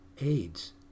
AIDS